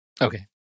Okay